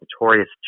notorious